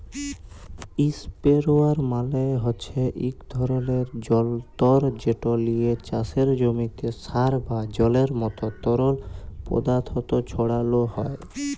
ইসপেরেয়ার মালে হছে ইক ধরলের জলতর্ যেট লিয়ে চাষের জমিতে সার বা জলের মতো তরল পদাথথ ছড়ালো হয়